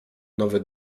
nowy